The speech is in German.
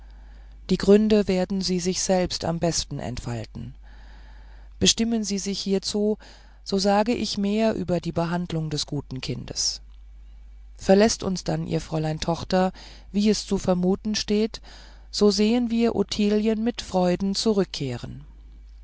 die gründe werden sie sich selbst am besten entfalten bestimmen sie sich hiezu so sage ich mehr über die behandlung des guten kindes verläßt uns dann ihre fräulein tochter wie zu vermuten steht so sehen wir ottilien mit freuden zurückkehren